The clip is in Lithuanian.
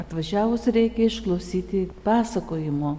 atvažiavus reikia išklausyti pasakojimo